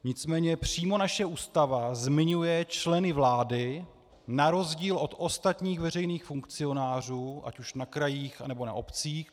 Nicméně přímo naše Ústava zmiňuje členy vlády na rozdíl od ostatních veřejných funkcionářů ať už na krajích, nebo na obcích.